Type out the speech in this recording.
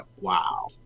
wow